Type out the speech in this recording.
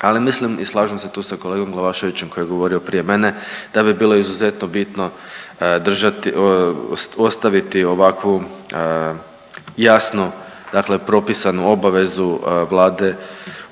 Ali mislim i slažem se tu sa kolegom Glavaševićem koji je govorio prije mene da bi bilo izuzetno bitno ostaviti ovakvu jasnu, dakle propisanu obavezu Vlade